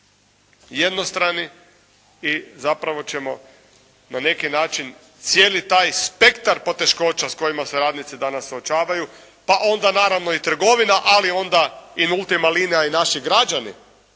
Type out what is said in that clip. jednostrani i zapravo ćemo na neki način cijeli taj spektar poteškoća s kojima se radnici danas suočavaju, pa onda naravno i trgovina ali onda in ultima linea i naši građani